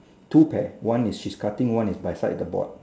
two pear one is she's cutting one is beside the board